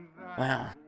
wow